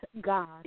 God